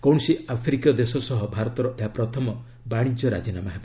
କୌଣସି ଆଫ୍ରିକୀୟ ଦେଶ ସହ ଭାରତର ଏହା ପ୍ରଥମ ବାଣିଜ୍ୟ ରାଜିନାମା ହେବ